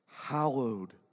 hallowed